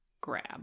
grab